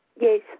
Yes